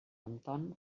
anton